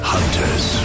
Hunters